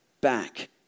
back